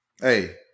Hey